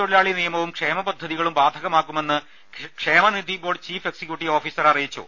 തൊഴിലാളി നിയമവും ക്ഷേമ പദ്ധതികളും ബാധക മാക്കുമെന്ന് ക്ഷേമനിധി ബോർഡ് ചീഫ് എക്സിക്യൂട്ടീവ് ഓഫീസർ അറിയിച്ചു